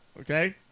Okay